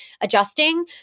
adjusting